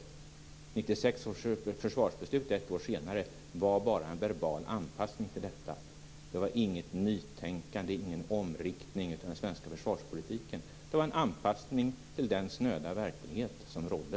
1996 års försvarsbeslut ett år senare var bara en verbal anpassning till detta. Det var inget nytänkande och ingen omriktning av den svenska försvarspolitiken. Det var en anpassning till den snöda verklighet som rådde.